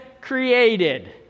created